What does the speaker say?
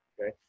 okay